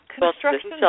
Construction